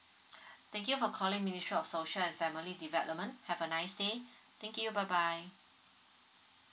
thank you for calling ministry of social and family development have a nice day thank you bye bye